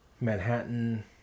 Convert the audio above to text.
Manhattan